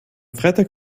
freitag